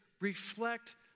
reflect